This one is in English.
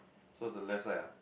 so the left side ah